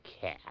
cat